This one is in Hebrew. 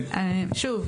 שוב,